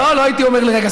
לא, לא הייתי אומר לרגע.